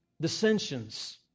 Dissensions